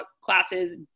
classes